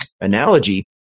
analogy